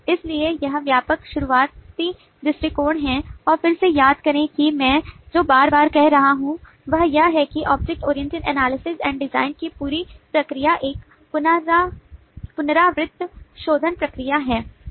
इसलिए यह व्यापक शुरुआती दृष्टिकोण है और फिर से याद करें कि मैं जो बार बार कह रहा हूं वह यह है कि object oriented analysis and design की पूरी प्रक्रिया एक पुनरावृत्ति शोधन प्रक्रिया है